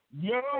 Yo